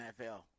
NFL